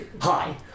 Hi